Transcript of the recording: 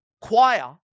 choir